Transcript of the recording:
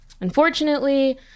Unfortunately